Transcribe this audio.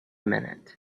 minute